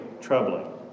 troubling